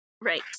Right